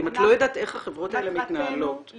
אם את לא יודעת איך החברות האלה מתנהלות -- אנחנו,